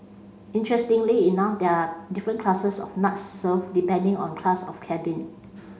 interestingly enough there are different classes of nuts served depending on class of cabin